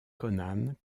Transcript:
conan